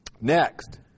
Next